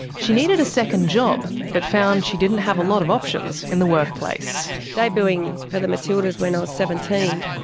she needed a second job but found she didn't have a lot of options in the workplace. debuting for the matildas when i was seventeen,